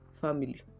family